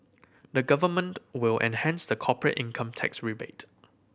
the Government will enhance the corporate income tax rebate